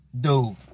Dude